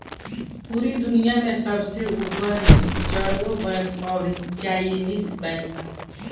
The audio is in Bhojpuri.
पूरा दुनिया में सबसे ऊपर मे चरगो बैंक अउरी चाइनीस बैंक बा